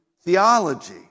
theology